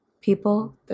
people